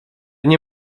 nie